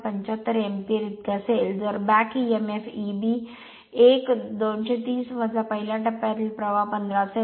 75 ampere इतके असेल तर back emf एबी 1 230 पहिल्या टप्प्यातील प्रवाह 15 असेल